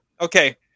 Okay